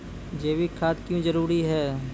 जैविक खाद क्यो जरूरी हैं?